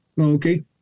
okay